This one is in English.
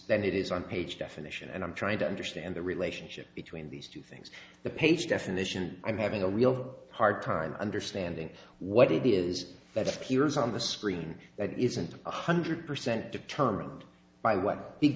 than it is on page definition and i'm trying to understand the relationship between these two things the page definition i'm having a real hard time understanding what it is that appears on the screen that isn't one hundred percent determined by what he